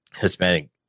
Hispanic